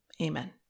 Amen